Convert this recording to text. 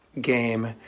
Game